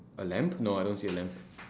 a lamb no I don't see a lamb